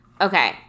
Okay